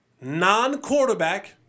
non-quarterback